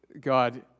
God